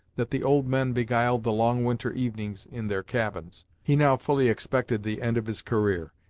that the old men beguiled the long winter evenings in their cabins. he now fully expected the end of his career,